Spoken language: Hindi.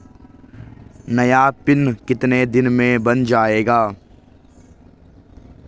नया पिन कितने दिन में बन जायेगा?